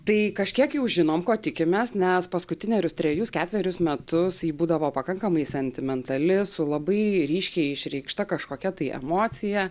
tai kažkiek jau žinom ko tikimės nes paskutinerius trejus ketverius metus ji būdavo pakankamai sentimentali su labai ryškiai išreikšta kažkokia tai emocija